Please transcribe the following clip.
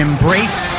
Embrace